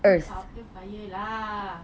fire lah